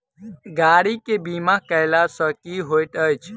गाड़ी केँ बीमा कैला सँ की होइत अछि?